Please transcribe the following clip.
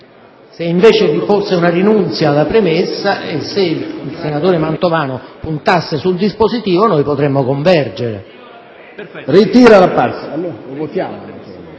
Se, invece, vi fosse una rinunzia alla premessa e il senatore Mantovano puntasse sul dispositivo, potremmo convergere.